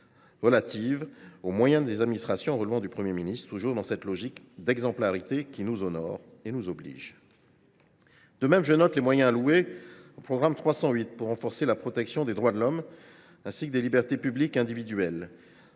relatives aux moyens des administrations relevant du Premier ministre, toujours dans la logique d’exemplarité qui nous honore et nous oblige. Je note les moyens alloués au programme 308 pour renforcer la protection des droits de l’Homme et des libertés publiques et individuelles.